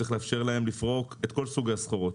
צריך לאפשר להם לפרוק את כל סוגי הסחורות,